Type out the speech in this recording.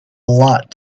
lot